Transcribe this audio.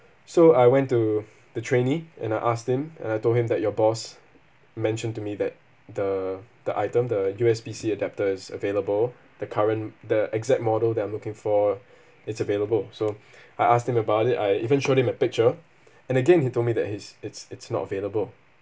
so I went to the trainee and I asked him and I told him that your boss mentioned to me that the the item the U_S_B_C adapters available the current the exact model that I'm looking for it's available so I asked him about it I even shown him a picture and again he told me that his it's it's not available